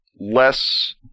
less